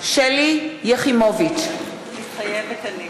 שלי יחימוביץ, מתחייבת אני